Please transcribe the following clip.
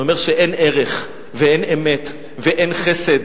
זה אומר שאין ערך ואין אמת ואין חסד.